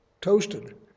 toasted